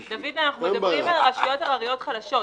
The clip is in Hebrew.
מדברים על רשויות הרריות חלשות,